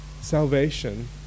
salvation